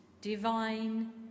divine